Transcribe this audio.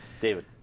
David